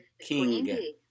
king